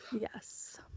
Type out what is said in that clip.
Yes